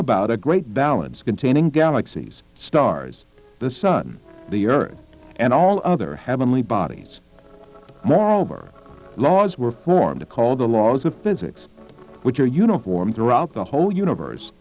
about a great balance containing galaxies stars the sun the earth and all other heavenly bodies moreover laws were formed to call the laws of physics which are uniform throughout the whole universe